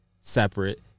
separate